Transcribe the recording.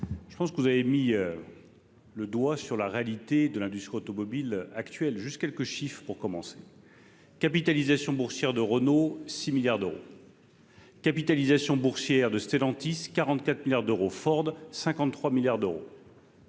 Je pense que vous avez mis le doigt sur la réalité de l'industrie automobile actuel juste quelques chiffres pour commencer, capitalisation boursière de Renault 6 milliards d'euros. Capitalisation boursière de Stellantis 44 milliards d'euros Ford 53 milliards d'euros.